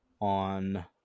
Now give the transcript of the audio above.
on